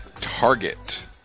Target